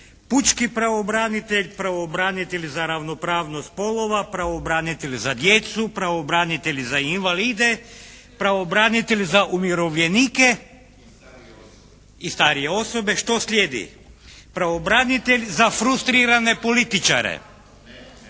pučki pravobranitelj, pravobranitelj za ravnopravnost spolova, pravobranitelj za djecu, pravobranitelj za invalide, pravobranitelj za umirovljenike …… /Upadica: I starije osobe./ … I starije osobe. Što slijedi? Pravobranitelj za frustrirane političare.